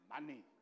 money